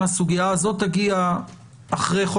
גם הסוגיה הזו תגיע אחרי חוק